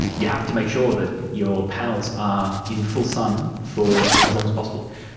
you have to make sure that your panels are in full sun for as long as possible.